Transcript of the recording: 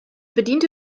bediente